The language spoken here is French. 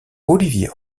olivier